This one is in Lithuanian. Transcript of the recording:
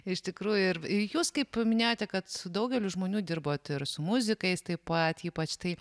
iš tikrųjų ir jūs kaip minėjote kad su daugeliu žmonių dirbot ir su muzikais taip pat ypač tai